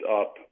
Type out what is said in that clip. up